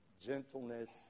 gentleness